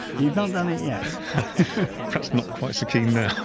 you've not done it yet perhaps not quite so keen now.